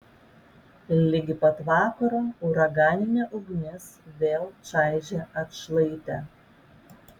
ligi pat vakaro uraganinė ugnis vėl čaižė atšlaitę